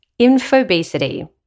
infobesity